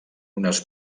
unes